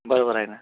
बरोबर आहे ना